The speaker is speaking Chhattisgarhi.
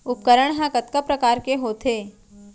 उपकरण हा कतका प्रकार के होथे?